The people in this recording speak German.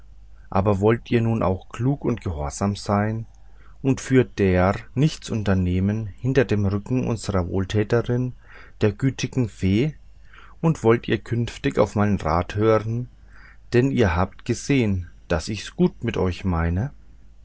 aber wollt ihr nun auch klug und gehorsam sein und fürder nichts unternehmen hinter dem rücken unserer wohltäterin der gütigen fee und wollt ihr künftig auf meinen rat hören denn ihr habt gesehen daß ich's gut mit euch meine